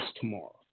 tomorrow